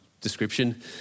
description